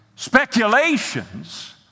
Speculations